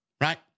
Right